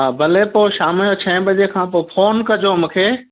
हा भले पोइ शाम जो छहें बजे खां पोइ फ़ोन कजो मूंखे